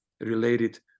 related